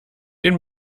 den